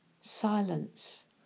silence